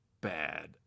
bad